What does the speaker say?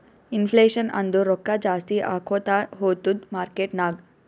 inflation ಅಂದುರ್ ರೊಕ್ಕಾ ಜಾಸ್ತಿ ಆಕೋತಾ ಹೊತ್ತುದ್ ಮಾರ್ಕೆಟ್ ನಾಗ್